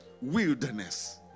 wilderness